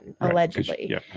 allegedly